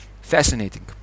fascinating